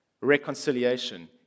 reconciliation